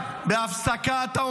החזרת חטופים?